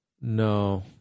no